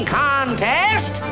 contest